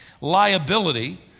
liability